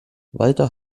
walter